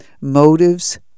Motives